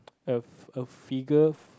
a fi~ figure